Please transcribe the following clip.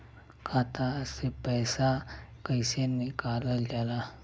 खाता से पैसा कइसे निकालल जाला?